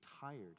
tired